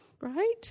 Right